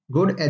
Good